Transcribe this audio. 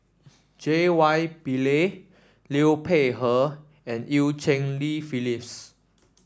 J Y Pillay Liu Peihe and Eu Cheng Li Phyllis